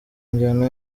njyana